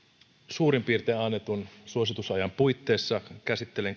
suurin piirtein annetun suositusajan puitteissa käsittelen